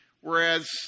Whereas